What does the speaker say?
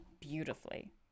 beautifully